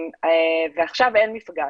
ועכשיו אין מפגש.